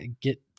get